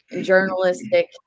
journalistic